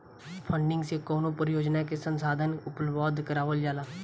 funding से कवनो परियोजना के संसाधन उपलब्ध करावल जाला